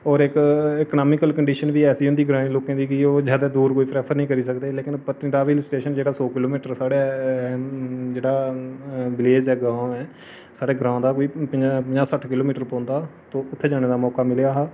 होर इक economical condition बी ऐसी होंदी ग्राईं लोकें दी कि ओह् जादा दूर कोई प्रैफर निं करी सकदे लेकिन पतनीटॉप हिल स्टेशन जेह्का सौ किलो मीटर साढ़ै जेह्ड़ा विलेज ऐ गांव ऐ साढ़ै ग्रांऽ दा कोई पजांह् सट्ठ किलो मीटर पौंदा ते ओह् उत्थें जाने दा मौका मिलेआ हा